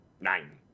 Nine